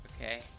Okay